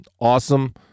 awesome